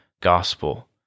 gospel